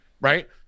right